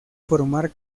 formar